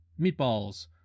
Meatballs